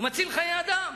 הוא מציל חיי אדם,